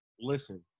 listen